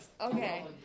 Okay